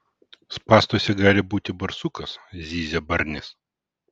spąstuose gali būti barsukas zyzia barnis